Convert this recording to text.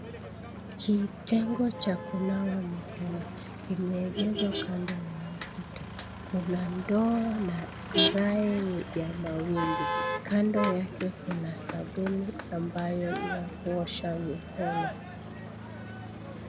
Kitengo cha kunawa mikono kimeegezwa kando ya ukuta. Kuna ndoo na karai ya mawimbi. Kando yake kuna sabuni ambayo ni ya kuosha mikono.